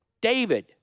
David